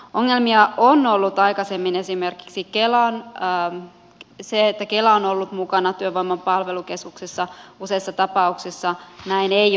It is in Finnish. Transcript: ongelmia on ollut aikaisemmin esimerkiksi siinä että vaikka kela on ollut mukana työvoiman palvelukeskuksessa useissa tapauksissa näin ei ole ollut